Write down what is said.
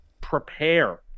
Prepare